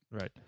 right